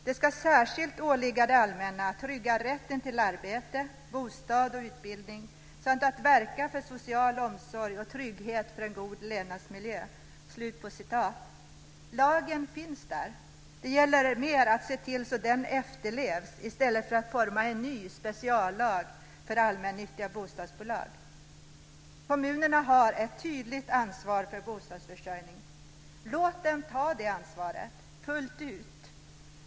"Det ska särskilt åligga det allmänna att trygga rätten till arbete, bostad och utbildning samt att verka för social omsorg och trygghet och för en god levnadsmiljö." Lagen finns där. Det gäller mer att se till att den efterlevs i stället för att forma en ny speciallag för allmännyttiga bostadsbolag. Kommunerna har ett tydligt ansvar för bostadsförsörjningen. Låt dem ta det ansvaret fullt ut.